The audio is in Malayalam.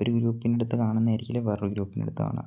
ഒരു ഗ്രൂപ്പിൻ്റെ അടുത്ത് കാണുന്നത് ആയിരിക്കില്ല വേറൊരു ഗ്രൂപ്പിൻ്റെ അടുത്ത് കാണുക